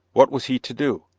what was he to do?